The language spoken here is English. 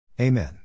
Amen